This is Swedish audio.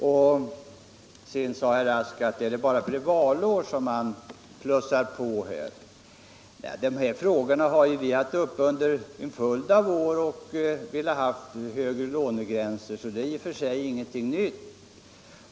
Och sedan sade herr Rask: Är det bara för att det är valår som man 107 plussar på? Dessa frågor har vi haft uppe tidigare; under en följd av år har vi velat höja lånegränserna. Det är alltså i och för sig ingenting nytt.